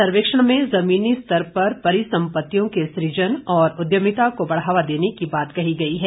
सर्वेक्षण में जमीनी स्तर पर परिसम्पत्तियों के सृजन और उद्यमिता को बढ़ावा देने की बात कही गई है